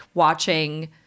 watching